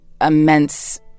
immense